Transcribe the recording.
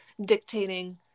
dictating